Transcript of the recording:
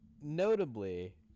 notably